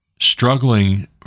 struggling